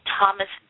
Thomas